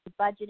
budgeted